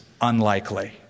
unlikely